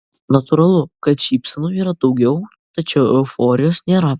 natūralu kad šypsenų yra daugiau tačiau euforijos nėra